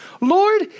Lord